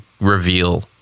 reveal